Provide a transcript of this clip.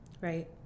right